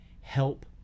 help